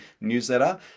newsletter